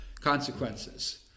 consequences